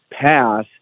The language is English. pass